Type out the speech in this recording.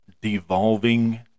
devolving